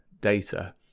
data